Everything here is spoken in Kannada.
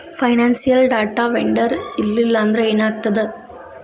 ಫೈನಾನ್ಸಿಯಲ್ ಡಾಟಾ ವೆಂಡರ್ ಇರ್ಲ್ಲಿಲ್ಲಾಂದ್ರ ಏನಾಗ್ತದ?